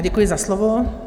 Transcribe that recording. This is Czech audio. Děkuji za slovo.